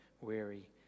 weary